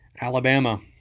Alabama